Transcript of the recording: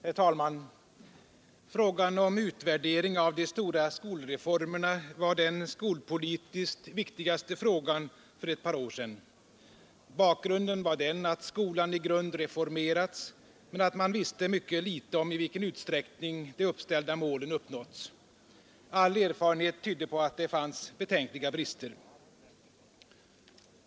Herr talman! Frågan om utvärdering av de stora skolreformerna var den skolpolitiskt viktigaste frågan för ett par år sedan. Bakgrunden var den att skolan i grund reformerats men att man visste ytterst litet om i vilken utsträckning de uppställda målen uppnåtts. All erfarenhet tydde på att det fanns betänkliga brister.